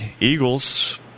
Eagles